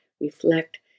reflect